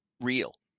real